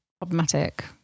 problematic